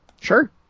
sure